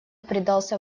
предался